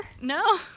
No